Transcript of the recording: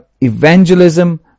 evangelism